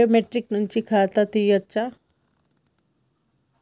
Biometric నుంచి ఖాతా తీయచ్చా?